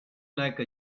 like